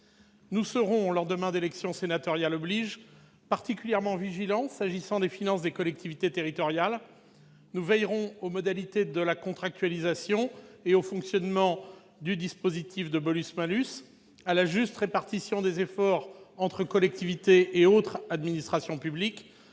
Nous serons- lendemain d'élections sénatoriales oblige -particulièrement vigilants s'agissant des finances des collectivités territoriales. Nous veillerons aux modalités de la contractualisation et au fonctionnement du dispositif de bonus-malus, à la juste répartition des efforts entre collectivités et autres administrations publiques,